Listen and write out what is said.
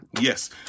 Yes